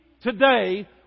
today